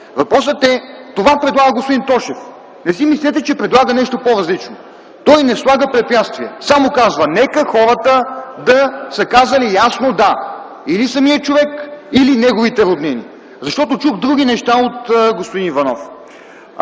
роднини. Това предлага господин Тошев. Не си мислете, че предлага нещо по-различно. Той не слага препятствия. Само казва: нека хората да са казали ясно „да” или самият човек, или неговите роднини. Защото чух други неща от господин Иванов.